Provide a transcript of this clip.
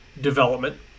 development